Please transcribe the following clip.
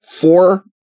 four